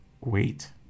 Wait